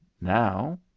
now